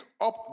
up